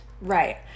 right